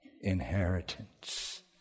inheritance